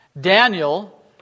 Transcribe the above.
Daniel